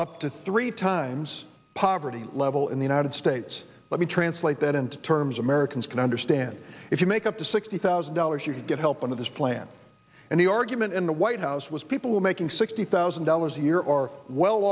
up to three times poverty level in the united states let me translate that into terms americans can understand if you make up to sixty thousand dollars you could get help under this plan and the argument in the white house was people making sixty thousand dollars a year or well